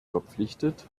verpflichtet